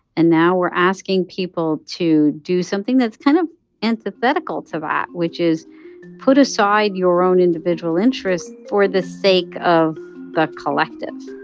and now we're asking people to do something that's kind of antithetical to that, which is put aside your own individual interests for the sake of the collective